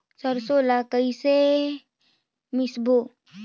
सरसो ला कइसे मिसबो?